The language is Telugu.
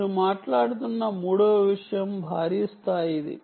మీరు మాట్లాడుతున్న మూడవ విషయం భారీ స్థాయిది